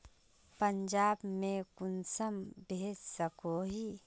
पंजाब में कुंसम भेज सकोही?